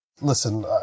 listen